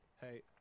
hey